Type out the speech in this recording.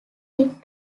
tip